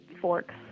forks